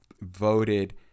voted